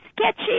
sketchy